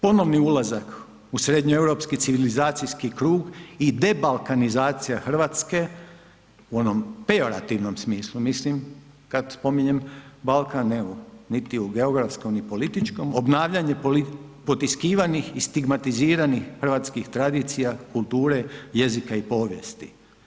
Ponovni ulazak u srednjoeuropski civilizacijski krug i debalkanizacija RH u onom pejorativnom smislu mislim kad spominjem Balkan, evo niti u geografskom, ni političkom, obnavljanje potiskivanih i stigmatiziranih hrvatskih tradicija, kulture, jezika i povijesti.